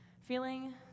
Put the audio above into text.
feeling